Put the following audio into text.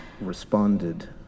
responded